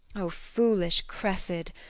o foolish cressid!